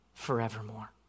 Forevermore